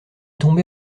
tombé